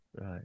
Right